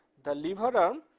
the lever arm,